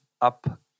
up